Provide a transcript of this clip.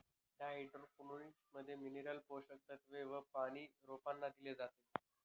hydroponics मध्ये mineral पोषक तत्व व पानी रोपांना दिले जाते